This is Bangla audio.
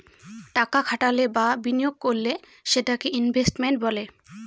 টাকা খাটালে বা বিনিয়োগ করলে সেটাকে ইনভেস্টমেন্ট বলে